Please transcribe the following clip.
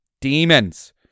demons